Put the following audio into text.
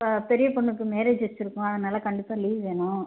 பெரிய பொண்ணுக்கு மேரேஜ் வச்சுருக்கோம் அதனால் கண்டிப்பாக லீவ் வேணும்